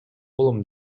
болом